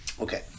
Okay